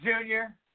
Junior